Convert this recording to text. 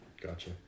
Gotcha